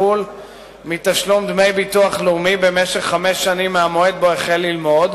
בחוץ-לארץ מתשלום דמי ביטוח לאומי במשך חמש שנים מהמועד שבו החל ללמוד,